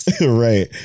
right